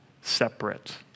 separate